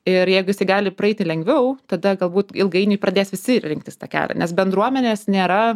ir jeigu jisai gali praeiti lengviau tada galbūt ilgainiui pradės visi ir rinktis tą kelią nes bendruomenės nėra